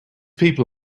people